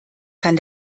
kann